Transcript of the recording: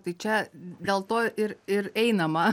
tai čia gal to ir ir einama